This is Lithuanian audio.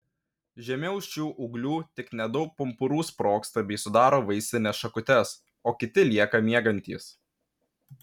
žemiau šių ūglių tik nedaug pumpurų sprogsta bei sudaro vaisines šakutes o kiti lieka miegantys